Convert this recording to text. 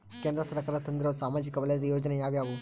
ಕೇಂದ್ರ ಸರ್ಕಾರ ತಂದಿರುವ ಸಾಮಾಜಿಕ ವಲಯದ ಯೋಜನೆ ಯಾವ್ಯಾವು?